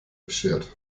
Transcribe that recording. beschert